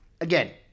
again